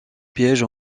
piège